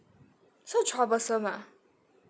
so troublesome ah